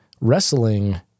wrestling